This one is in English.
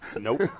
Nope